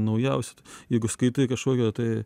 naujausia jeigu skaitai kažkokio tai